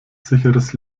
sicheres